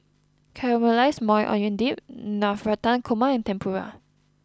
Caramelized Maui Onion Dip Navratan Korma and Tempura